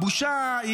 הבושה,